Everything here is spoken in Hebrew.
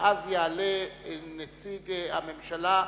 ואז יעלה נציג הממשלה,